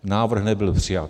Návrh nebyl přijat.